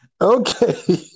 Okay